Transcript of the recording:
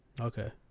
Okay